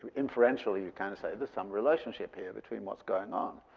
inferentially, you kind of say there's some relationship here between what's going on.